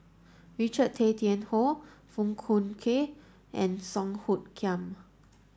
Richard Tay Tian Hoe Foong Fook Kay and Song Hoot Kiam